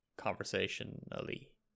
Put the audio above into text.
conversationally